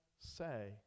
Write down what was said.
say